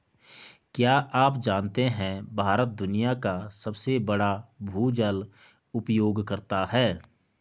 क्या आप जानते है भारत दुनिया का सबसे बड़ा भूजल उपयोगकर्ता है?